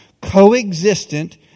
coexistent